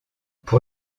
pour